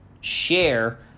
share